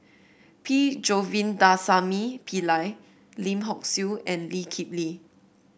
P Govindasamy Pillai Lim Hock Siew and Lee Kip Lee